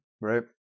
Right